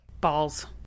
balls